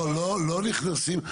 לא נכנסים.